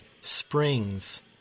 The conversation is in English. springs